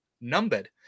numbered